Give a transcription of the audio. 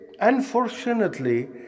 unfortunately